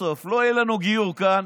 בסוף לא יהיה לנו גיור כאן,